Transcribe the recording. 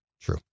true